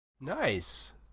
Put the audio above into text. Nice